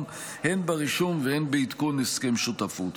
הן ברישום והן בעדכון הסכם השותפות.